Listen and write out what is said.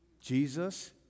Jesus